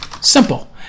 Simple